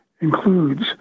includes